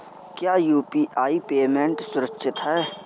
क्या UPI payment सुरक्षित है?